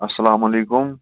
السلام علیکُم